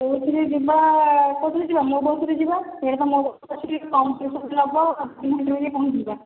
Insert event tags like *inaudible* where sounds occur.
କେଉଁଥିରେ ଯିବା କେଉଁଥିରେ ଯିବା ମୋ ବସ୍ ରେ ଯିବା ସେଇଆଡ଼େ ମୋ ବସରେ ତ ଟିକେ କମ୍ ପଇସା ନେବ *unintelligible* ରେ ଯାଇକି ପହଞ୍ଚି ଯିବା